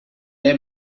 debe